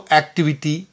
activity